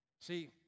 See